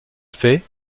fait